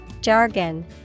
Jargon